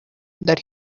that